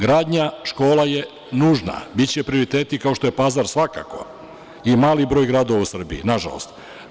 Gradnja škola je nužna, biće prioriteti kao što je Pazar, svakako, i mali broj gradova u Srbiji, nažalost.